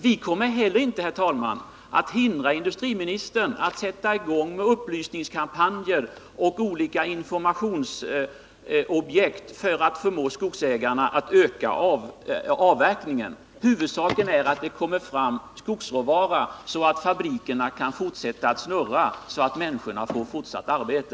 Vi kommer heller inte, herr talman, att hindra industriministern att sätta i gång med upplysningskampanjer och olika informationsobjekt för att förmå skogsägarna att öka avverkningen. Huvudsaken är att det kommer fram skogsråvara, så att fabrikshjulen kan fortsätta att snurra så att människor får fortsatt arbete.